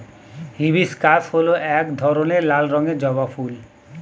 hibiscus হল এক ধরনের লাল রঙের জবা ফুল